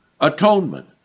atonement